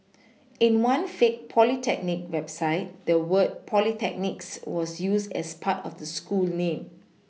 in one fake polytechnic website the word Polytechnics was used as part of the school name